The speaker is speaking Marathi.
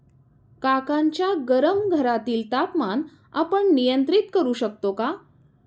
काकांच्या गरम घरातील तापमान आपण नियंत्रित करु शकतो का?